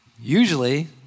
Usually